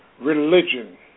religion